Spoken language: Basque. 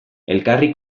elkarri